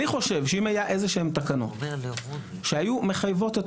אני חושב שאם היה איזה שהן תקנות שהיו מחייבות את